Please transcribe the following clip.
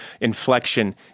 inflection